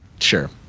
sure